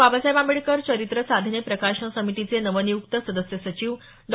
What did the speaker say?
बाबासाहेब आंबेडकर चरित्र साधने प्रकाशन समितीचे नवनिय़क्त सदस्य सचिव डॉ